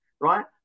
right